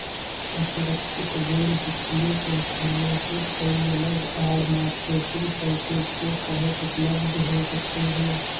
असुरक्षित ऋण वित्तीय संस्थानों से कई अलग आड़, मार्केटिंग पैकेज के तहत उपलब्ध हो सकते हैं